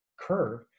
curve